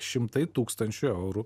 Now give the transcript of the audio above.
šimtai tūkstančių eurų